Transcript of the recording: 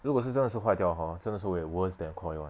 如果是真的是坏掉 hor 真的是 will worse than KOI [one]